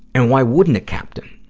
and why wouldn't a captain